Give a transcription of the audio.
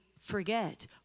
forget